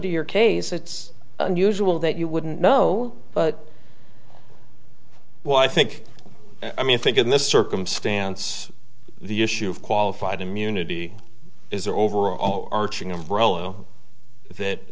to your case it's unusual that you wouldn't know but well i think i mean i think in this circumstance the issue of qualified immunity is overall arching umbrella that